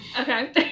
Okay